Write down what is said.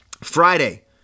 Friday